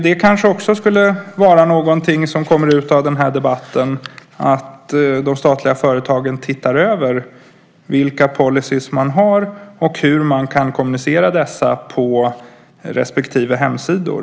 Det kanske också skulle vara någonting som kommer ut av den här debatten, att de statliga företagen tittar över vilka policyer man har och hur man kan kommunicera dessa på respektive hemsidor.